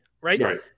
right